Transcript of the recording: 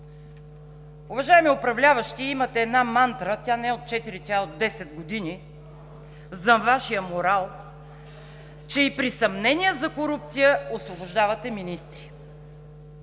Уважаеми управляващи, имате една мантра – тя не е от четири, тя е от десет години, за Вашия морал, че и при съмнения за корупция освобождавате министри.